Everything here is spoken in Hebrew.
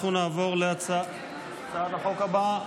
אנחנו נעבור להצעת החוק הבאה.